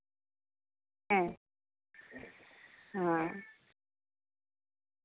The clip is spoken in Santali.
ᱦᱮᱸ ᱦᱮᱸ